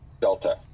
Delta